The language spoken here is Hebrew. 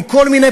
עם כל מיני,